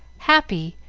happy,